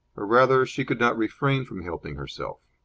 or, rather, she could not refrain from helping herself.